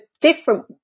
different